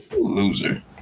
loser